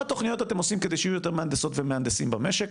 תכניות אתם עושים כדי שיהיו יותר מהנדסות ומהנדסים במשק,